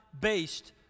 based